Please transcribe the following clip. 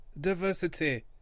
diversity